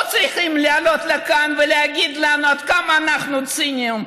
לא צריכים לעלות לכאן ולהגיד לנו עד כמה אנחנו ציניים.